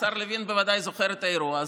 השר לוין בוודאי זוכר את האירוע הזה,